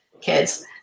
kids